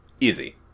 Easy